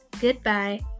Goodbye